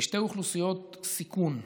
בשתי אוכלוסיות סיכון,